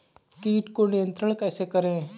कीट को नियंत्रण कैसे करें?